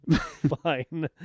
Fine